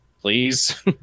please